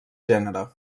gènere